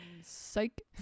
psych